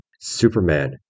Superman